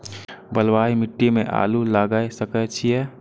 बलवाही मिट्टी में आलू लागय सके छीये?